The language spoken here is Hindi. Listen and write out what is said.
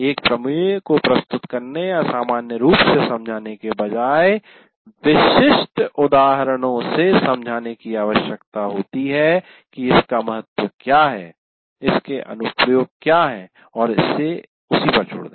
एक प्रमेय को प्रस्तुत करने या सामान्य रूप से समझाने के बजाय विशिष्ट उदाहरणों से समझाने की आवश्यकता होती है कि इसका महत्व क्या है इसके क्या अनुप्रयोग है और इसे उसी पर छोड़ दें